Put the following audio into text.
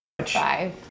five